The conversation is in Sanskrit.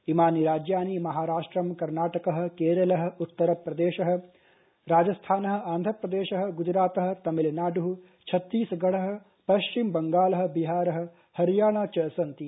इमानिराज्यानि महाराष्ट्रं कर्नाटकः केरलः उत्तर प्रदेशः राजस्थानःआन्ध्र प्रदेशः गुजरातःतमिलनाडुःछत्तीसगढ़ःपश्चिम बंगालः बिहारः चसन्ति